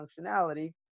functionality